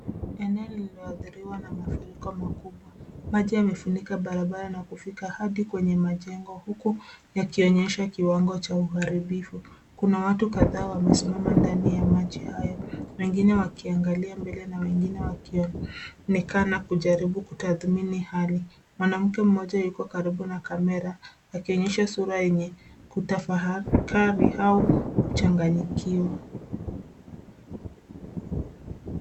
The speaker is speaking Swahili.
Eneo lililo adhiriwa na mafuriko makubwa. Maji yamefunika barabara na kufika hadi kwenye majengo huku yakionyesha kiwango cha uharibifu. Kuna watu kadhaa wamesimama ndani ya maji hayo wengine wakiangalia mbele na wengine wakionekana kujaribu kutathimini hali. Mwanamke mmoja yuko karibu na kamera akionyesha sura yenye kutafakari au kuchanganyikiwa.